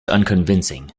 unconvincing